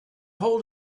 hold